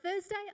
Thursday